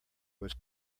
was